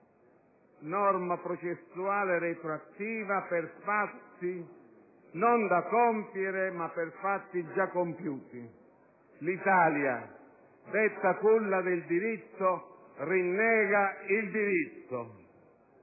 norma processuale retroattiva per fatti non da compiere ma per fatti già compiuti. L'Italia, detta culla del diritto, rinnega il diritto,